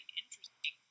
interesting